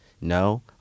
No